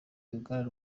uruganda